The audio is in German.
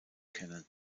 kennen